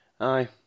Aye